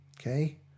okay